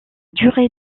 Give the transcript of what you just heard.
durée